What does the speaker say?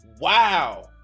Wow